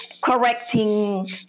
correcting